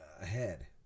ahead